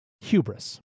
Hubris